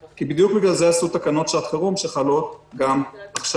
כי בדיוק בגלל זה עשו את תקנות שעת חירום שחלות גם עכשיו.